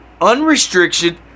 unrestricted